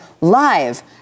live